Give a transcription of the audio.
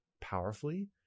powerfully